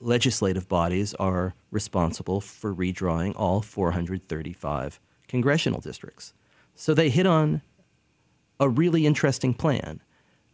legislative bodies are responsible for redrawing all four hundred thirty five congressional districts so they hit on a really interesting plan